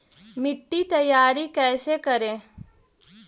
मिट्टी तैयारी कैसे करें?